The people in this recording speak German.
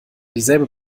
dieselbe